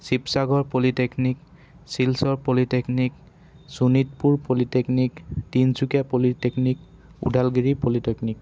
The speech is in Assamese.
Sivasagar polytechnic Silchar polytechnic Sonitpur polytechnic Tinsukia polytechnic Udalguri polytechnic